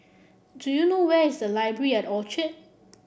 do you know where is Library at Orchard